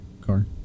car